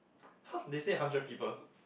half they say hundred people